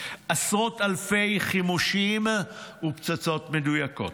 עשרות אלפי חימושים ופצצות מדויקות.